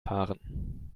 fahren